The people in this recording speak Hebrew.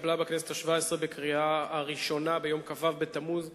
התקבלה בכנסת השבע-עשרה בקריאה הראשונה ביום כ"ו בתמוז התשס"ח,